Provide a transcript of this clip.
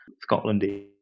Scotland